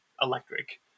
electric